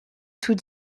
tout